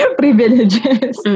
privileges